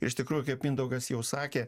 iš tikrųjų kaip mindaugas jau sakė